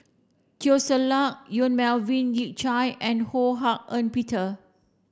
Teo Ser Luck Yong Melvin Yik Chye and Ho Hak Ean Peter